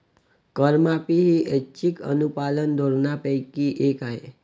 करमाफी ही ऐच्छिक अनुपालन धोरणांपैकी एक आहे